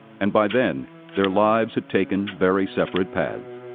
and by then their lives had taken very separate paths.